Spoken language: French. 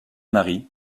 marie